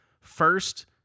First